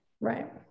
Right